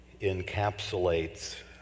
encapsulates